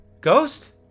Ghost